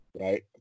Right